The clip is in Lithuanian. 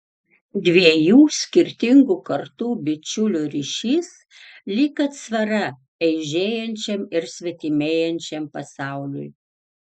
dviejų skirtingų kartų bičiulių ryšys lyg atsvara eižėjančiam ir svetimėjančiam pasauliui